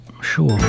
sure